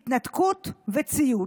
התנתקות וציות.